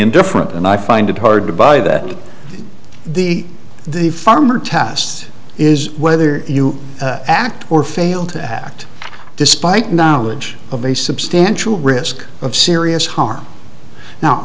indifferent and i find it hard to buy that the the farmer tests is whether you act or fail to act despite knowledge of a substantial risk of serious harm now